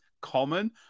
common